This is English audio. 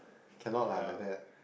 cannot lah like that